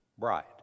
bride